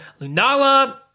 Lunala